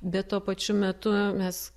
bet tuo pačiu metu mes